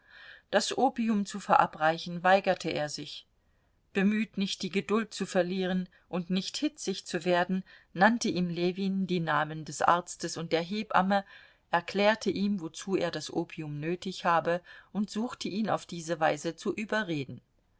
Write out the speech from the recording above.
das opium zu verabreichen weigerte er sich bemüht nicht die geduld zu verlieren und nicht hitzig zu werden nannte ihm ljewin die namen des arztes und der hebamme erklärte ihm wozu er das opium nötig habe und suchte ihn auf diese weise zu überreden